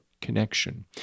connection